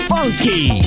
Funky